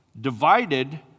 divided